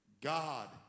God